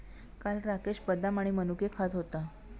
काल राकेश बदाम आणि मनुके खात होता